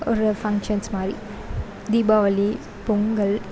ஒரு பங்க்ஷன்ஸ் மாதிரி தீபாவளி பொங்கல்